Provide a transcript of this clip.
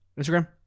Instagram